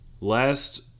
Last